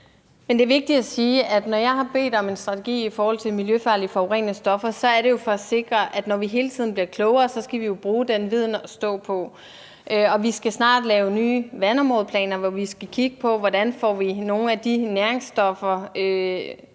Det er vigtigt at sige, at når jeg har bedt om en strategi i forhold til miljøfarlige forurenende stoffer, er det jo for at sikre, at når vi hele tiden bliver klogere, skal vi bruge den viden til at stå på. Vi skal snart lave nye vandområdeplaner, hvor vi skal kigge på, hvordan vi markant får reduceret nogle af de næringsstoffer,